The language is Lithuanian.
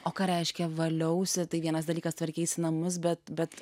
o ką reiškia valiausi tai vienas dalykas tvarkys namus bet bet